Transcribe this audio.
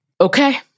okay